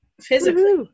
physically